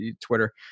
Twitter